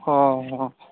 ᱦᱳᱭ ᱦᱳᱭ